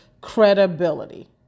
credibility